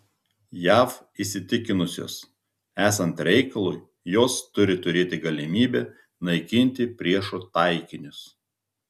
jav įsitikinusios esant reikalui jos turi turėti galimybę naikinti priešo taikinius